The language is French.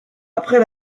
après